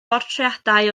bortreadau